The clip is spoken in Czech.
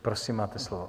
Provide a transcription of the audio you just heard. Prosím, máte slovo.